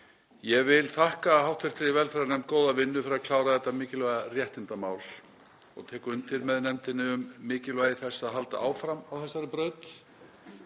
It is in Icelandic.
Ég vil þakka hv. velferðarnefnd fyrir góða vinnu við að klára þetta mikilvæga réttindamál og tek undir með nefndinni um mikilvægi þess að halda áfram á þessari braut,